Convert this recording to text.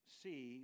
see